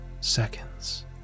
seconds